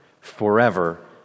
forever